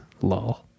Lol